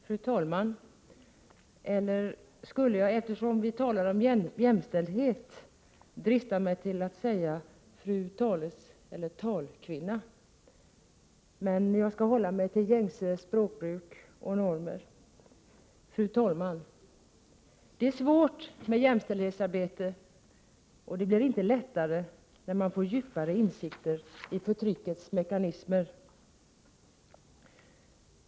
Fru talman! Eller borde jag kanske, eftersom vi talar om jämställdhet, drista mig till att säga fru talkvinna? Men jag skall hålla mig till gängse språkbruk och normer. Fru talman! Det är svårt med jämställdhetsarbete, och det blir inte lättare när man får djupare insikter i förtryckets mekanismer.